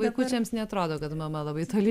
vaikučiams neatrodo kad mama labai toli